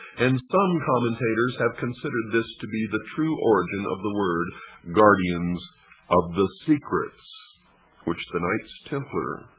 and some commentators have considered this to be the true origin of the word guardians of the secrets which the knight templar